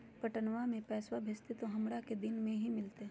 पटनमा से पैसबा भेजते तो हमारा को दिन मे मिलते?